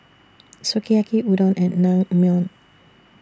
Sukiyaki Udon and Naengmyeon